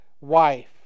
wife